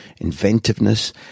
inventiveness